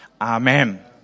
Amen